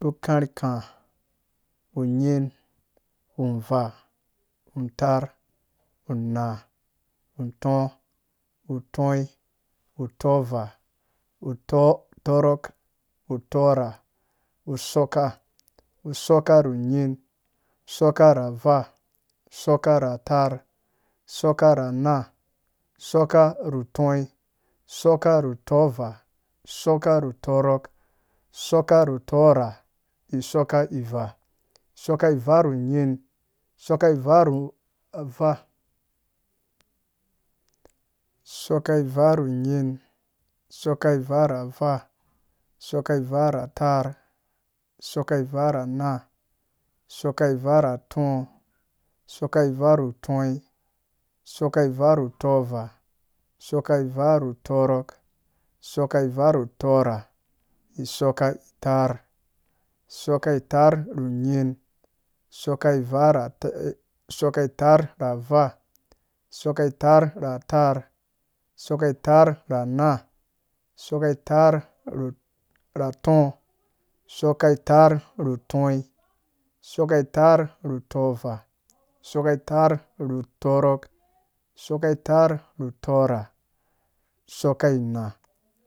Ukarhka, unyin, uvaa, untarr, unaa, ntɔɔ, tɔi, tɔvaa, utɔrok, utɔrha, sɔkka, sɔkka ru nyin, sɔkka na vaa, sɔkka na tarr, sokka na naa, sɔkka ru tɔɔ, sokka ru tɔvaa, sɔkka ru turok, sɔkka eu tɔrha, bisokka ivaa, isɔkka ivaa ru nyin, isɔkka ivaa ra vaa, isɔkka ivaa ru nyin, isɔkka ivaa ra vaa isɔkka ivaa ra tarr, sɔkka ivaa ra naa, isɔkka ivaa ra tɔɔ, isɔkka ivaa ru tɔi, isɔkka ivaa ru tɔvaa, isɔkka ivaa ru turɔk, isɔkka ivaa ru tɔrra, isɔkka itarr, isɔkka itarr ru nyi, isɔkka itarr ra vaa, isɔkka itarr ra tarr, isɔkka itarr ra naa, isɔkka itarr ra tɔɔ, isɔkka itarr ru tɔi, isɔkka itarr ru tɔvaa, isɔkka itarr ru tɔrɔk, isɔkka itarr ru tɔra, isɔkka inaa.